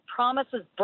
promises